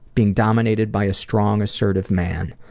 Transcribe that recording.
being dominated by a strong assertive man.